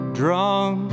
drunk